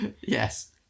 Yes